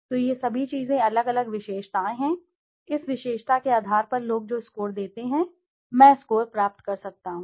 तो ये सभी चीजें अलग अलग विशेषताएं हैं इस विशेषता के आधार पर लोग जो स्कोर देते हैं मैं स्कोर प्राप्त कर सकता हूं